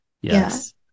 Yes